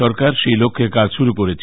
সরকার সেই লক্ষ্যে কাজ শুরু করেছে